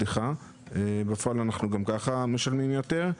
אנחנו גם ככה משלמים יותר,